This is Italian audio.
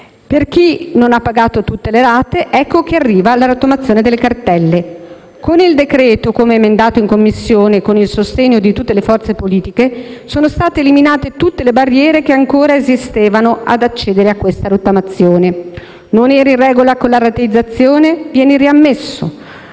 Per chi, poi, non ha pagato tutte le rate, ecco che arriva la rottamazione delle cartelle. Con il provvedimento, come emendato in Commissione con il sostegno di tutte le forze politiche, sono state eliminate tutte le barriere che ancora esistevano ad accedere a questa rottamazione. Non eri in regola con la rateizzazione? Vieni riammesso.